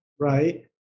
right